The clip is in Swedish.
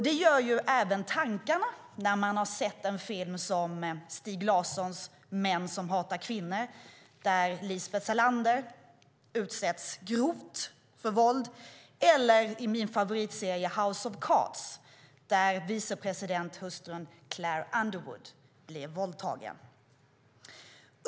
Det gör även tankarna när man har sett filmen Män som hatar kvinnor efter Stieg Larssons roman, där Lisbeth Salander utsätts grovt för våld, eller sett min favoritserie House of Cards , där vicepresidenthustrun Claire Underwood blir våldtagen.